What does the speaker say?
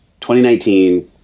2019